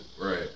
Right